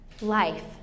life